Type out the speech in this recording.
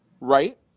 right